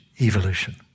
evolution